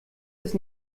ist